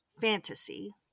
fantasy